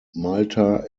malta